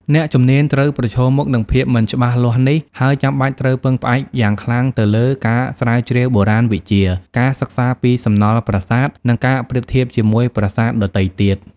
អ្នកជំនាញត្រូវប្រឈមមុខនឹងភាពមិនច្បាស់លាស់នេះ ហើយចាំបាច់ត្រូវពឹងផ្អែកយ៉ាងខ្លាំងទៅលើ ការស្រាវជ្រាវបុរាណវិទ្យា ការសិក្សាពីសំណល់ប្រាសាទ និងការប្រៀបធៀបជាមួយប្រាសាទដទៃទៀត។